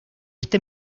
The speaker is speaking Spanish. este